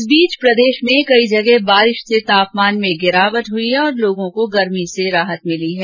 इस बीच प्रदेश में कई जगह बारिश से तापमान में गिरावट हुई है और लोगों को गर्मी से राहत मिली है